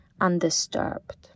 undisturbed